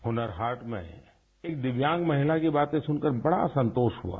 हुनर हाट में एक दिव्यांग महिला की बातें सुनकर बड़ा संतोष हुआ